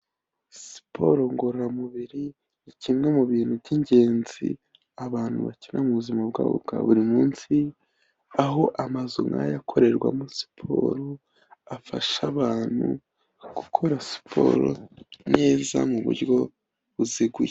Siporo ngororamubiri ni kimwe mu bintu by'ingenzi abantu bakenera mu buzima bwabo bwa buri munsi, aho amazu nk'aya akorerwamo siporo afasha abantu gukora siporo neza mu buryo buziguye.